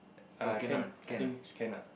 uh can I think can ah